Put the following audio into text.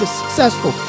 successful